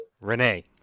Renee